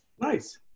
Nice